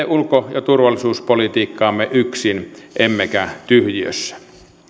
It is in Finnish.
ulko ja turvallisuuspolitiikkaamme yksin emmekä tyhjiössä